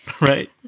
right